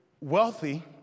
wealthy